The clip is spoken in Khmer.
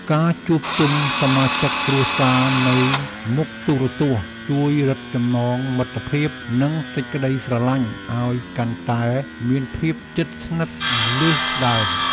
ការជួបជុំសមាជិកគ្រួសារនៅមុខទូរទស្សន៍ជួយរឹតចំណងមិត្តភាពនិងសេចក្តីស្រឡាញ់ឱ្យកាន់តែមានភាពជិតស្និទ្ធលើសដើម។